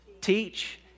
teach